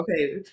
okay